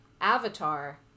avatar